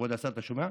כבוד השר, אתה שומע?